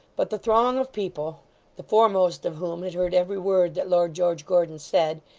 but the throng of people the foremost of whom had heard every word that lord george gordon said,